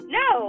no